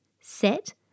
set